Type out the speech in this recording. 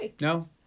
No